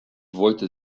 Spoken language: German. wollte